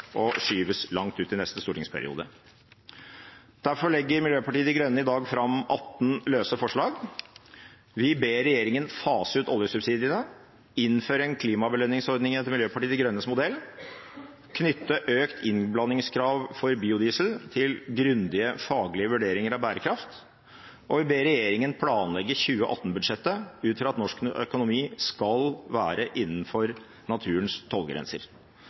og skyves langt ut i neste stortingsperiode. Derfor legger Miljøpartiet De Grønne i dag fram 18 løse forslag. Vi ber regjeringen fase ut oljesubsidiene, innføre en klimabelønningsordning etter Miljøpartiet De Grønnes modell, knytte økt innblandingskrav for biodiesel til grundige faglige vurderinger av bærekraft, og vi ber regjeringen planlegge 2018-budsjettet ut fra at norsk økonomi skal være innenfor naturens